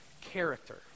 character